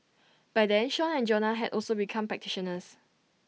by then Sean and Jonah had also become practitioners